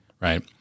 Right